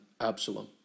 Absalom